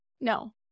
No